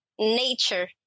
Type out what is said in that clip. nature